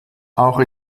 auch